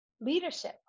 leadership